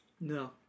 No